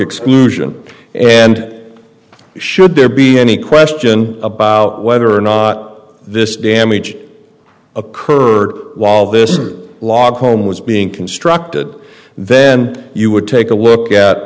exclusion and should there be any question about whether or not this damage occurred while this log home was being constructed then you would take a look